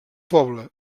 poble